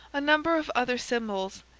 a number of other symbols,